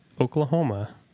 Oklahoma